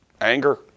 anger